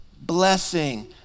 blessing